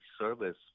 service